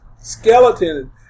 skeleton